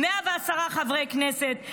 110 חברי כנסת,